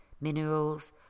minerals